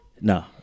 No